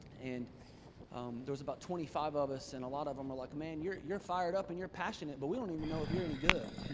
and um there was about twenty five of us, and a lot of them were like, man you're you're fired up and you're passionate, but we don't even know if you're any good.